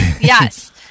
yes